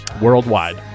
Worldwide